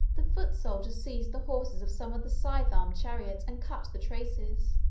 the foot soldiers seized the horses of some of the scythe-armed chariots and cut the traces.